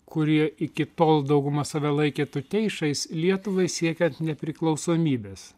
kurie iki tol dauguma save laikė tuteišais lietuvai siekiant nepriklausomybės